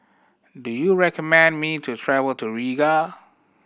do you recommend me to travel to Riga